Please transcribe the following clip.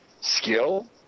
skill